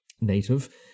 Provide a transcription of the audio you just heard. native